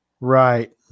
Right